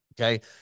Okay